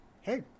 hey